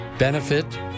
Benefit